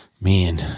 man